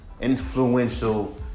influential